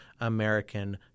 American